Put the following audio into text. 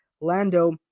Lando